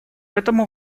этому